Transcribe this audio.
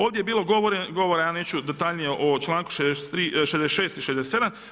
Ovdje je bilo govora, ja neću detaljnije o članku 66. i 67.